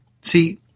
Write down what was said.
See